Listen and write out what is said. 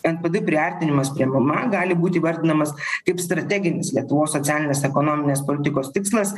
npd priartinimas prie mma gali būt įvardinamas kaip strateginis lietuvos socialinės ekonominės politikos tikslas